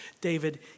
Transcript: David